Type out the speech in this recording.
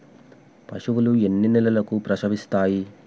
పశువులు ఎన్ని నెలలకు ప్రసవిస్తాయి?